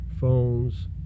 phones